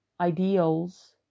ideals